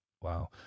wow